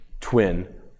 twin